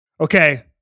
Okay